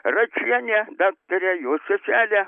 račienę daktarę jos seselę